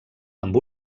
amb